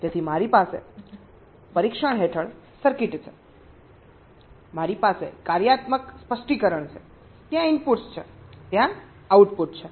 તેથી મારી પાસે પરીક્ષણ હેઠળ સર્કિટ છે CUT મારી પાસે કાર્યાત્મક સ્પષ્ટીકરણ છે ત્યાં ઇનપુટ્સ છે ત્યાં આઉટપુટ છે